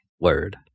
Word